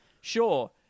Sure